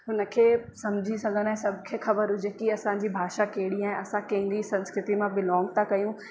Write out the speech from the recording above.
हुनखे सम्झी सघनि ऐं सभु खे ख़बर हुजे की असांजी भाषा कहिड़ी आहे असां कंहिंजी संस्कृतीअ मां बिलॉंग था कयूं